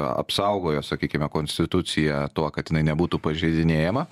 apsaugojo sakykime konstituciją tuo kad jinai nebūtų pažeidinėjama